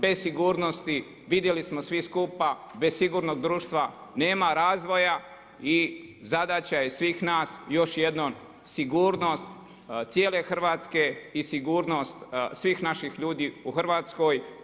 Bez sigurnosti vidjeli smo svi skupa, bez sigurnog društva nema razvoja i zadaća je svih nas još jednom sigurnost cijele Hrvatske i sigurnost svih naših ljudi u Hrvatskoj.